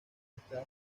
está